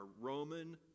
Roman